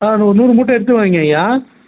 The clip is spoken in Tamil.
ஆ நூ ஒரு நூறு மூட்டை எடுத்து வைங்க ஐயா